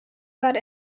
got